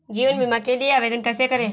जीवन बीमा के लिए आवेदन कैसे करें?